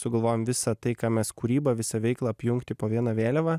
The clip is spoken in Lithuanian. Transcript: sugalvojom visą tai ką mes kūrybą visą veiklą apjungti po viena vėliava